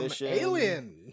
alien